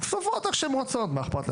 סופרות איך שהן רוצות, מה אכפת להן.